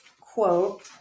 quote